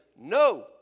no